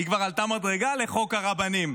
היא כבר עלתה מדרגה, לחוק הרבנים.